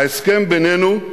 ההסכם בינינו,